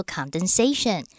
Condensation